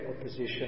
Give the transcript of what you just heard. opposition